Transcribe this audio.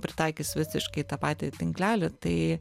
pritaikys visiškai tą patį tinklelį tai